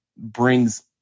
brings